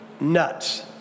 nuts